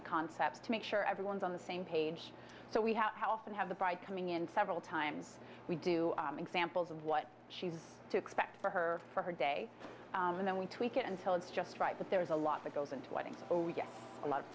the concepts to make sure everyone's on the same page so we how often have the bride coming in several times we do examples of what she's to expect for her or her day and then we tweak it until it's just right but there's a lot that goes into weddings oh yes a lot of